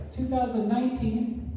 2019